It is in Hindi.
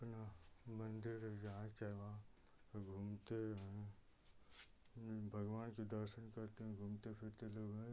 मंदिर जहाँ चाहे वहाँ घूमते हैं भगवान की दर्शन करते हैं घूमते फिरते लोग हैं